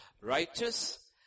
righteous